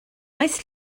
oes